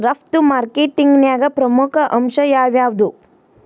ರಫ್ತು ಮಾರ್ಕೆಟಿಂಗ್ನ್ಯಾಗ ಪ್ರಮುಖ ಅಂಶ ಯಾವ್ಯಾವ್ದು?